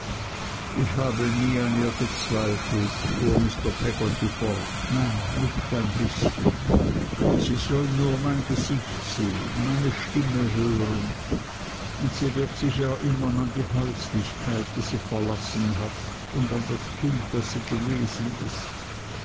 ich habe nie an ihr gezweifelt fuhr mr peggotty fort nein nicht ein bißchen sie soll nur mein gesicht sehen meine stimme hören und sie wird sich erinnern an die häuslichkeit die sie verlassen hat und an das kind das sie gewesen ist